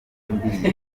indi